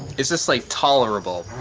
it's just like tolerable